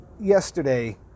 yesterday